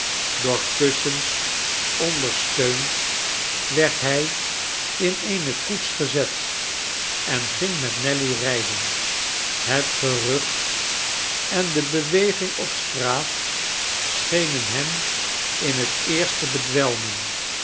door kussens ondersteund werd hij in eene koets gezet en ging met nelly rijden het gerucht en de beweging op straat schenen hem in t eerst te bedwelmen